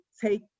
take